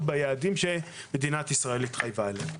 ביעדים שמדינת ישראל התחייבה עליהם.